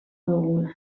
dugula